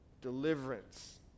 deliverance